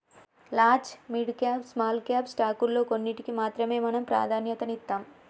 large, mid cap, small cap స్టాకుల్లో కొన్నిటికి మాత్రమే మనం ప్రాధన్యతనిత్తాం